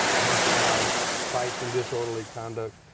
domestic violence, fighting, disorderly conduct,